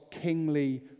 kingly